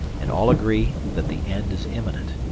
and all agree that the end is imminent.